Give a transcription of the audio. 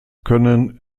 können